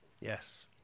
Yes